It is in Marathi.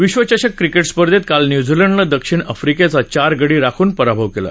विश्वचषक क्रिकेट स्पर्धेत काल न्यूझीलंडनं दक्षिण आफ्रिकेचा चार गडी राखून पराभव केला